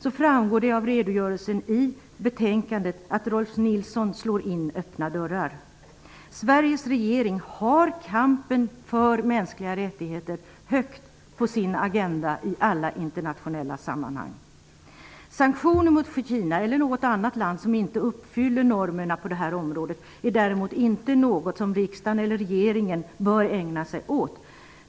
Det framgår av den redogörelse som finns i betänkandet att Rolf L Nilson slår in öppna dörrar. Sveriges regering har kampen för mänskliga rättigheter högt på sin agenda i alla internationella sammanhang. Sanktioner mot Kina eller något annat land som inte uppfyller normerna på det här området är däremot inte något som riksdagen eller regeringen bör ägna sig åt.